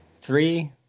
Three